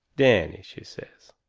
danny, she says,